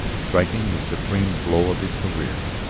striking the supreme blow of his career,